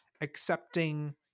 accepting